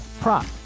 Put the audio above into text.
prop